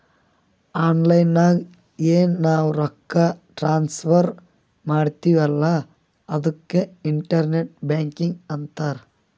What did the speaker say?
online ನಾಗ್ ಎನ್ ನಾವ್ ರೊಕ್ಕಾ ಟ್ರಾನ್ಸಫರ್ ಮಾಡ್ತಿವಿ ಅಲ್ಲಾ ಅದುಕ್ಕೆ ಇಂಟರ್ನೆಟ್ ಬ್ಯಾಂಕಿಂಗ್ ಅಂತಾರ್